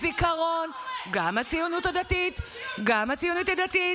גם הציונות הדתית עושה, גם הציונות הדתית,